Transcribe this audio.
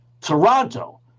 Toronto